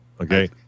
okay